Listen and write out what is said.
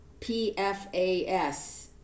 PFAS